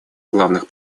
главных